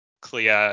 Clea